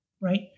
right